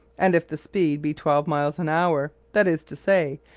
and if the speed be twelve miles an hour that is to say,